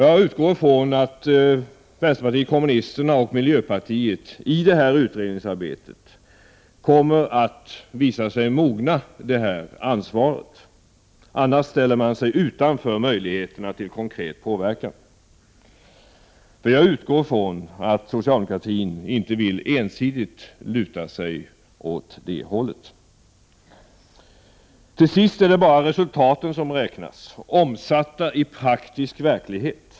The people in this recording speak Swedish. Jag utgår från att vänsterpartiet kommunisterna och miljöpartiet i det här utredningsarbetet kommer att visa sig mogna att ta detta ansvar, annars ställer man sig utanför möjligheterna till konkret påverkan. Jag förutsätter nämligen att socialdemokraterna inte ensidigt vill luta sig åt ”det hållet”. Till sist är det bara resultaten som räknas, omsatta i praktisk verklighet.